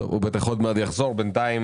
כרגע, אז בינתיים